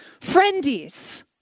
Friendies